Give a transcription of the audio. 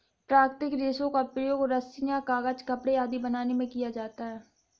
प्राकृतिक रेशों का प्रयोग रस्सियॉँ, कागज़, कपड़े आदि बनाने में किया जाता है